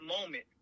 moment